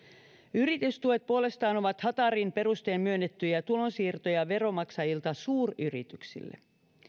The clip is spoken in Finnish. yritystuet puolestaan ovat hatarin perustein myönnettyjä tulonsiirtoja veronmaksajilta suuryrityksille